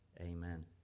Amen